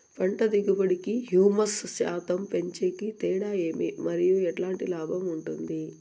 పంట దిగుబడి కి, హ్యూమస్ శాతం పెంచేకి తేడా ఏమి? మరియు ఎట్లాంటి లాభం ఉంటుంది?